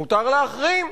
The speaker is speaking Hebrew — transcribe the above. מותר להחרים?